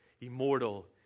immortal